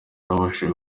babashije